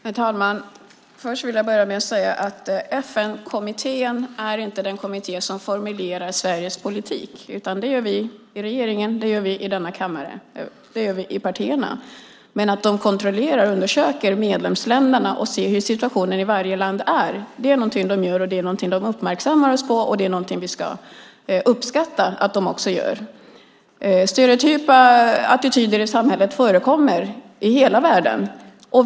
Herr talman! Jag vill börja med att säga att FN-kommittén inte formulerar Sveriges politik. Det gör vi i regeringen, i denna kammare och i partierna. FN-kommittén kontrollerar och undersöker medlemsländerna och ser hur situationen i varje land är. Detta är någonting de uppmärksammar oss på. Vi ska uppskatta att de gör det. Stereotypa attityder förekommer i hela världen.